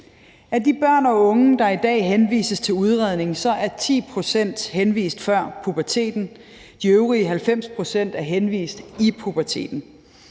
Af de børn og unge, der i dag henvises til udredning, er 10 pct. henvist før puberteten. De øvrige 90 pct. er henvist i puberteten.